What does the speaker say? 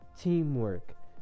teamwork